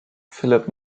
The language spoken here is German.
philip